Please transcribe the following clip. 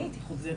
אני הייתי חוזרת,